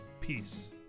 peace